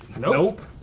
nope!